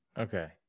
Okay